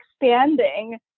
expanding